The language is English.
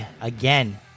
again